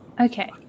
Okay